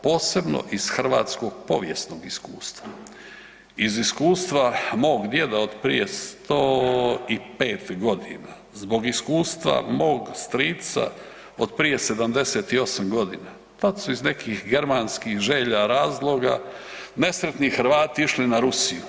Posebno iz hrvatskog povijesnog iskustva, iz iskustva mog djeda od prije 105.g., zbog iskustva mog strica od prije 78.g., tad su iz nekih germanskih želja, razloga nesretni Hrvati išli na Rusiju.